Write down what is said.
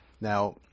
Now